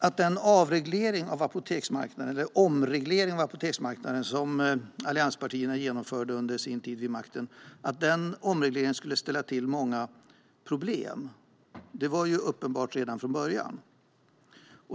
Att den omreglering av apoteksmarknaden som allianspartierna genomförde under sin tid vid makten skulle ställa till många problem var uppenbart redan från början.